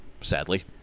sadly